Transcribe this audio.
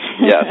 Yes